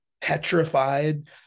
Petrified